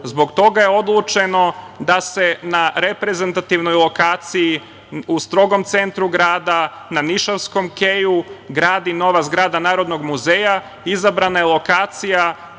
toga je odlučeno da se na reprezentativnoj lokaciji, u strogom centru grada, na nišavskom keju gradi nova zgrada Narodnog muzeja. Izabrana lokacija